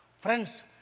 friends